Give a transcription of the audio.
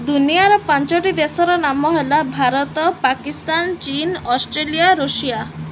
ଦୁନିଆର ପାଞ୍ଚଟି ଦେଶର ନାମ ହେଲା ଭାରତ ପାକିସ୍ତାନ ଚୀନ୍ ଅଷ୍ଟ୍ରେଲିଆ ଋଷିଆ